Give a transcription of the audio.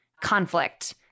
conflict